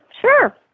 Sure